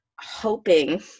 hoping